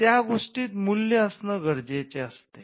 या गोष्टीत मूल्य असणे गरजेचे असते